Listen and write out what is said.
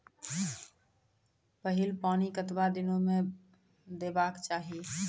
पहिल पानि कतबा दिनो म देबाक चाही?